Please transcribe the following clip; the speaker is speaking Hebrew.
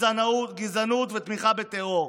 גזענות ותמיכה בטרור,